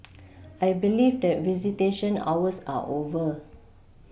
I believe that visitation hours are over